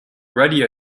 radio